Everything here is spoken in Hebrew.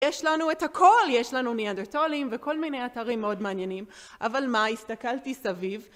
יש לנו את הכל, יש לנו ניאדרטולים וכל מיני אתרים מאוד מעניינים אבל מה? הסתכלתי סביב